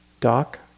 Doc